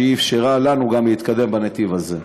שאפשרה לנו להתקדם בנתיב הזה.